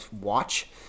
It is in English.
watch